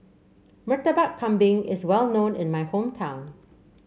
Murtabak Kambing is well known in my hometown